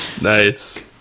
Nice